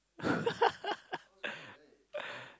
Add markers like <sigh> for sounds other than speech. <laughs>